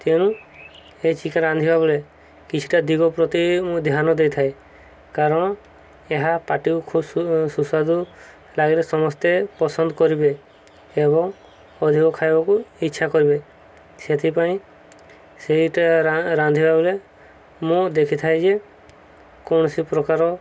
ଏ chicken ରାନ୍ଧିବା ବେଳେ କିଛିଟା ଦିଗ ପ୍ରତି ମୁଁ ଧ୍ୟାନ ଦେଇଥାଏ କାରଣ ଏହା ପାଟିକୁ ଖୁବ ସୁସ୍ୱାଦୁ ଲାଗିଲେ ସମସ୍ତେ ପସନ୍ଦ କରିବେ ଏବଂ ଅଧିକ ଖାଇବାକୁ ଇଚ୍ଛା କରିବେ ସେଥିପାଇଁ ସେଇଟା ରାନ୍ଧିବା ବେଳେ ମୁଁ ଦେଖିଥାଏ ଯେ କୌଣସି ପ୍ରକାର